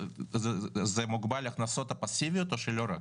זה מוגבל להכנסות הפסיביות או שלא רק?